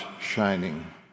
shining